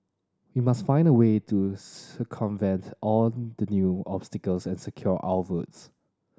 we must find a way to circumvent all the new obstacles and secure our votes